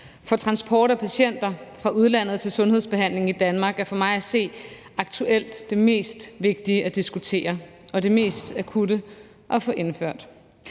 For transport af patienter fra udlandet til sundhedsbehandling i Danmark er for mig at se aktuelt det mest vigtige at diskutere og det mest akutte at få indført.